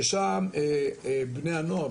ששם בני הנוער,